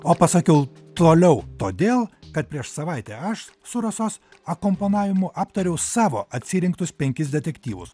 o pasakiau toliau todėl kad prieš savaitę aš su rasos akompanavimu aptariau savo atsirinktus penkis detektyvus